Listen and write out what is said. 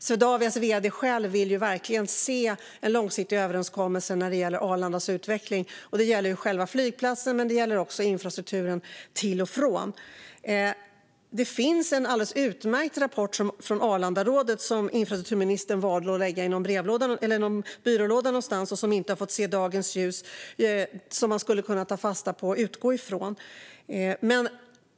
Swedavias vd vill verkligen se en långsiktig överenskommelse när det gäller Arlandas utveckling. Detta gäller såväl själva flygplatsen som infrastrukturen till och från flygplatsen. Det finns en alldeles utmärkt rapport från Arlandarådet som infrastrukturministern valde att lägga i någon byrålåda någonstans och som inte har fått se dagens ljus. Den skulle man kunna ta fasta på och utgå från.